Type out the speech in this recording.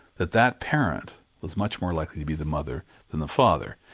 that that parent was much more likely to be the mother than the father.